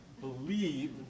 believe